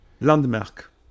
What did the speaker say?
landmark